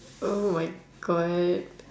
oh my god